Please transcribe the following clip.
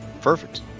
Perfect